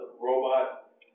robot